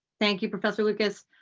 thank you professor lucas.